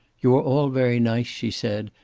you are all very nice, she said.